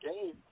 game